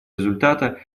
результата